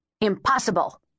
Impossible